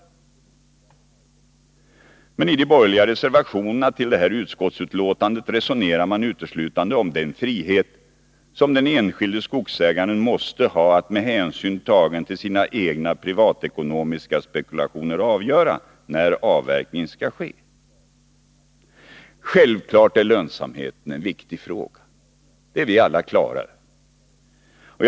Men i de borgerliga reservationerna till det här utskottsbetänkandet resonerar man uteslutande om den frihet som den enskilde skogsägaren måste ha att med hänsyn tagen till sina egna privatekonomiska spekulationer avgöra när avverkning skall ske. Självklart är lönsamheten en viktig fråga. Det är vi alla klara över.